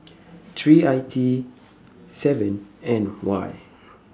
three I T seven N Y